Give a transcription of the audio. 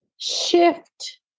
shift